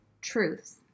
truths